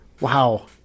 wow